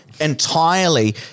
entirely